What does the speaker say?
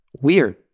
weird